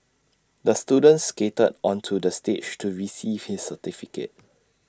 the student skated onto the stage to receive his certificate